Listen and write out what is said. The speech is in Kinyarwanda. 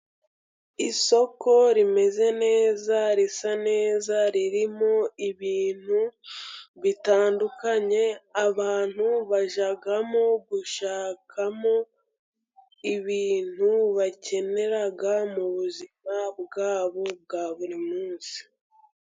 Isoko rimeze neza risa neza ririmo ibintu bitandukanye abantu bajyagamo gushakamo ibintu bakenera muzima bwabo bwa buri munsi.